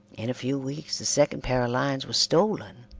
in a few weeks the second pair of lines was stolen,